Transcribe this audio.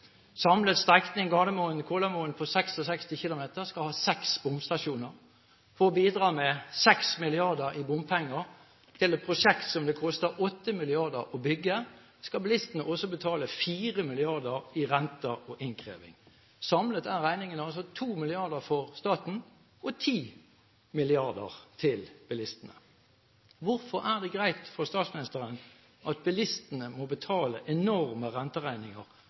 Samlet strekning Gardermoen–Kolomoen på 66 km skal ha seks bomstasjoner. For å bidra med 6 mrd. kr i bompenger til et prosjekt som det koster 8 mrd. kr å bygge, skal bilistene også betale 4 mrd. kr i renter og innkreving. Samlet er regningen altså 2 mrd. kr for staten og 10 mrd. kr for bilistene. Hvorfor er det greit for statsministeren at bilistene må betale enorme renteregninger